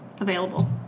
available